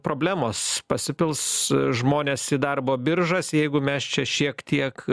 problemos pasipils žmonės į darbo biržas jeigu mes čia šiek tiek